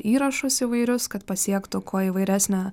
įrašus įvairius kad pasiektų kuo įvairesnę